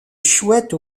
chouette